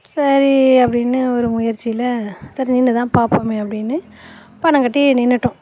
சரி அப்படின்னு ஒரு முயற்சியில சரி நின்று தான் பார்ப்போமே அப்படின்னு பணம் கட்டி நின்றுட்டோம்